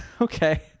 okay